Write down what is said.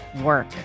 work